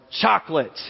chocolate